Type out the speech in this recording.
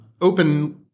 open